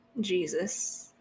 Jesus